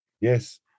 Yes